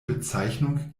bezeichnung